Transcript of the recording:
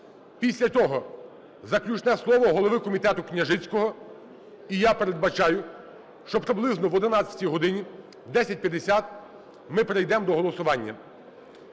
Після цього – заключне слово голови комітету Княжицького. І я передбачаю, що приблизно об 11 годині, о 10:50, ми перейдемо до голосування.